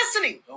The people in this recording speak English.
listening